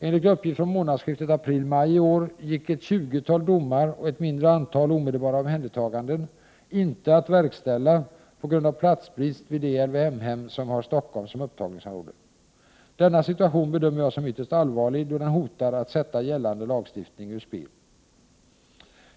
Enligt uppgift från månadsskiftet april-maj i år gick ett tjugotal domar och ett mindre antal omedelbara omhändertaganden inte att verkställa på grund av platsbrist vid de LVM-hem som har Stockholm som upptagningsområde. Denna situation 101 bedömer jag som ytterst allvarlig, då den hotar att sätta gällande lagstiftning ur spel.